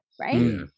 Right